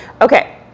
Okay